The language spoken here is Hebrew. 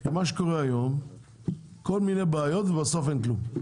כי מה שקורה היום כל מיני בעיות ובסוף אין כלום,